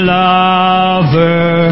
lover